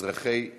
אזרחי ישראל.